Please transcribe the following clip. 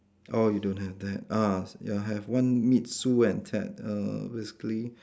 oh you don't have that ah ya have one meet Sue and Ted err basically